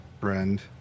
friend